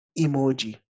emoji